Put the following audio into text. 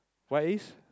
white is